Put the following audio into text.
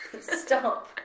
Stop